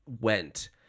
went